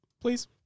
Please